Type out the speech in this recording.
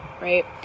Right